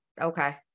okay